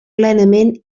plenament